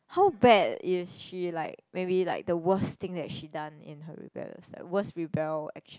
how bad is she like maybe like the worst thing that she done in her rebellious stage worst rebel action